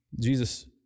Jesus